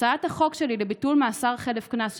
הצעת החוק שלי לביטול מאסר חלף קנס,